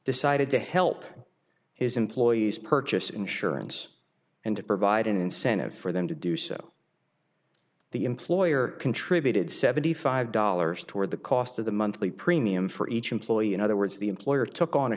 decided to help his employees purchase insurance and to provide an incentive for them to do so the employer contributed seventy five dollars toward the cost of the monthly premium for each employee in other words the employer took on a